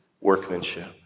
workmanship